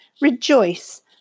Rejoice